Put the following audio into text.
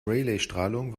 raleighstrahlung